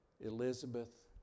Elizabeth